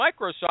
Microsoft